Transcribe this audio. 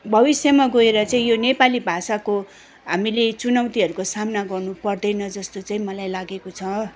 भविष्यमा गएर चाहिँ यो नेपाली भाषाको हामीले चुनौतीहरूको सामना गर्नु पर्दैन जस्तो चाहिँ मलाई लागेको छ